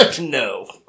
No